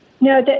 No